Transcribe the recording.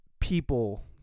people